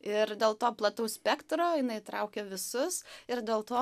ir dėl to plataus spektro jinai įtraukia visus ir dėl to